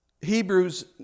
Hebrews